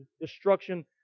destruction